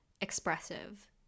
expressive